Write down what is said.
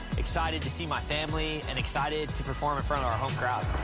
excited to see my family and excited to perform in front of our home crowd.